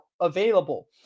available